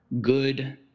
good